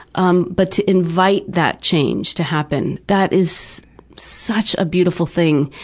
um but to invite that change to happen, that is such a beautiful thing.